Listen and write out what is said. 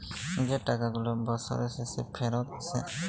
যে টাকা গুলা বসরের শেষে ফিরত আসে